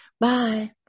Bye